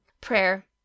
Prayer